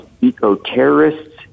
eco-terrorists